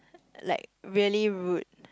like really rude